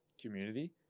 community